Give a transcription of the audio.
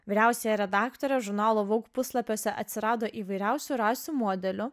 vyriausiąja redaktore žurnalo vogue puslapiuose atsirado įvairiausių rasių modelių